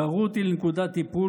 גררו אותי לנקודת טיפול,